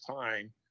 time